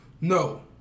no